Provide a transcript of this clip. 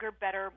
better